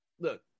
look